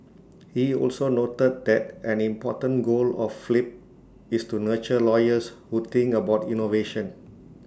he also noted that an important goal of flip is to nurture lawyers who think about innovation